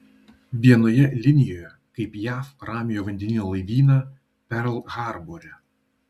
vienoje linijoje kaip jav ramiojo vandenyno laivyną perl harbore